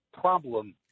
problem